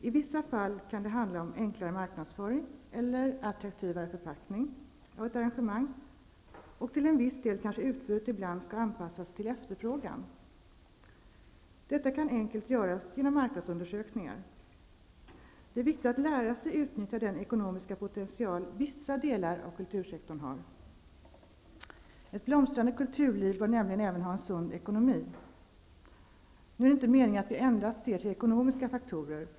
I vissa fall kan det handla om enklare marknadsföring eller attraktivare förpackning av ett arrangemang. Till en viss del kanske utbudet ibland skall anpassas till efterfrågan. Detta kan enkelt göras genom marknadsundersökningar. Det är viktigt att lära sig utnyttja den ekonomiska potential som vissa delar av kultursektorn har. Ett blomstrande kulturliv bör nämligen även ha en sund ekonomi. Nu är inte meningen att vi endast bör se till ekonomiska faktorer.